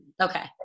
okay